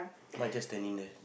my guest standing there